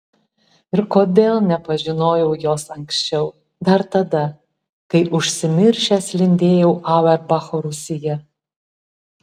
ir kodėl nepažinojau jos anksčiau dar tada kai užsimiršęs lindėjau auerbacho rūsyje